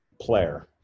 player